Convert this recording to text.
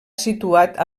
situat